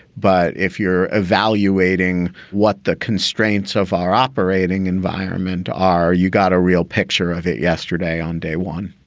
but if you're evaluating what the constraints of our operating environment are, you got a real picture of it yesterday on day one,